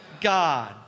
God